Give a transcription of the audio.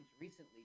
recently